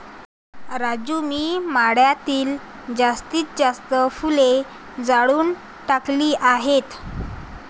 राजू मी मळ्यातील जास्तीत जास्त फुले जाळून टाकली आहेत